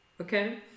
okay